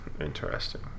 Interesting